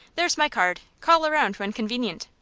there's my card. call around when convenient.